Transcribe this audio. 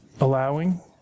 allowing